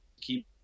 keep